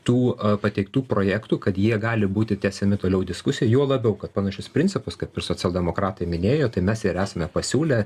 tų pateiktų projektų kad jie gali būti tęsiami toliau diskusijoj juo labiau kad panašius principus kaip ir socialdemokratai minėjo tai mes ir esame pasiūlę